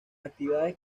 actividades